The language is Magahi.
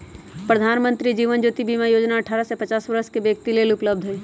प्रधानमंत्री जीवन ज्योति बीमा जोजना अठारह से पचास वरस के व्यक्तिय लेल उपलब्ध हई